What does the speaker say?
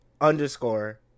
underscore